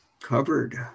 covered